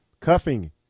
cuffing